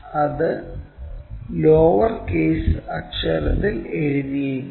അത് lower case അക്ഷരത്തിൽ എഴുതിയിരിക്കുന്നു